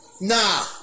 Nah